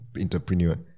entrepreneur